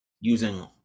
using